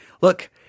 look